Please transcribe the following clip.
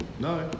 No